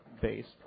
based